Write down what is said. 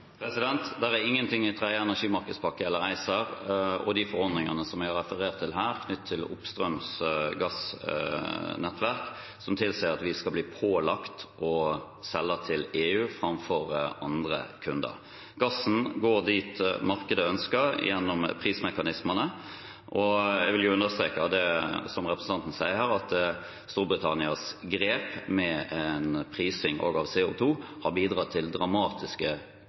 er ingenting i tredje energimarkedspakke eller ACER og de forordningene jeg har referert til her, knyttet til oppstrøms gassnettverk, som tilsier at vi skal bli pålagt å selge til EU framfor til andre kunder. Gassen går dit markedet ønsker, gjennom prismekanismene. Jeg vil understreke det representanten sier om at Storbritannias grep med prising av CO 2 har bidratt til dramatiske